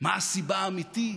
מה הסיבה האמיתית,